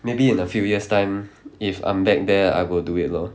maybe in a few years time if I'm back there I will do it lor